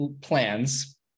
plans